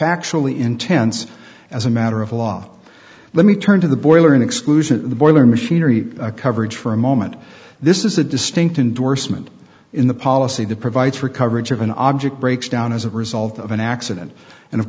factually intense as a matter of law let me turn to the boiler in exclusion the boiler machinery coverage for a moment this is a distinct indorsement in the policy that provides for coverage of an object breaks down as a result of an accident and of